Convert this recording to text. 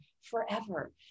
Forever